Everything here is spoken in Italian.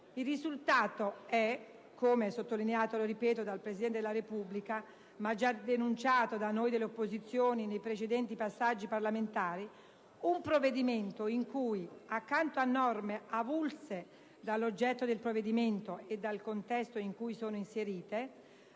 Il risultato è, come sottolineato dal Presidente della Repubblica e già denunciato da noi dell'opposizione in precedenti passaggi parlamentari, un provvedimento in cui, accanto a norme avulse dall'oggetto del provvedimento e dal contesto in cui sono inserite,